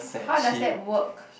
(wah) how does that work